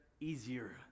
easier